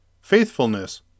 faithfulness